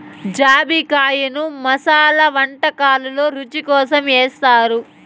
జాజికాయను మసాలా వంటకాలల్లో రుచి కోసం ఏస్తారు